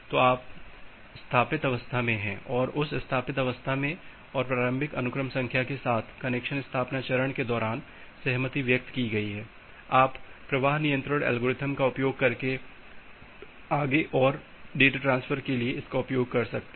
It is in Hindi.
तो आप स्थापित अवस्था में हैं और उस स्थापित अवस्था और प्रारंभिक अनुक्रम संख्या के साथ कनेक्शन स्थापना चरण के दौरान सहमति व्यक्त की गई है आप प्रवाह नियंत्रण एल्गोरिथ्म का उपयोग करके आगे और डेटा ट्रांसफर के लिए इसका उपयोग कर सकते हैं